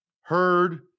heard